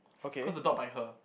cause the dog bite her